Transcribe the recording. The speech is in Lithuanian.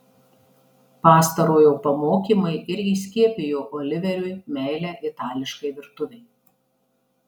pastarojo pamokymai ir įskiepijo oliveriui meilę itališkai virtuvei